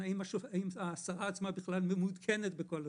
האם השרה בכלל מעודכנת בכל הסיפור.